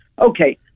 Okay